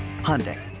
Hyundai